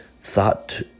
thought